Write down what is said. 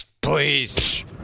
Please